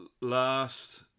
last